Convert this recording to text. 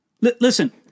Listen